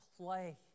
play